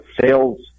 sales